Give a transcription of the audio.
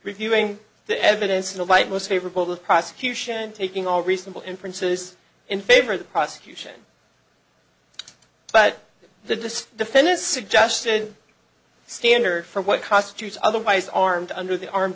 reviewing the evidence in the light most favorable to the prosecution taking all reasonable inferences in favor of the prosecution but the defendant's suggested standard for what constitutes otherwise armed under the armed